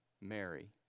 Mary